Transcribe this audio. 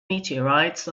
meteorites